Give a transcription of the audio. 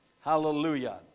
Hallelujah